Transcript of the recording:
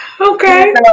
okay